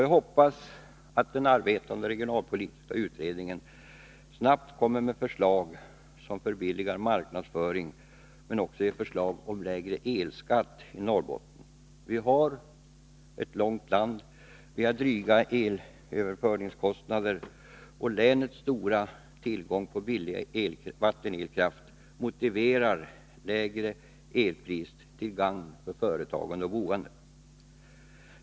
Jag hoppas att den arbetande regionalpolitiska utredningen snabbt kommer med förslag som förbilligar marknadsföring samt också lägger fram förslag om lägre elskatt i Norrbotten. Vi har ett långt land med dryga elöverföringskostnader, och länets stora tillgång på billig vattenelkraft motiverar lägre elpris, till gagn för företagande och boende.